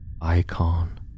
Icon